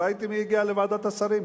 ראיתי מי הגיע לוועדת השרים.